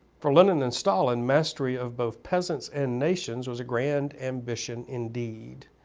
for lenin and stalin mastery of both peasants and nations was a grand ambition indeed,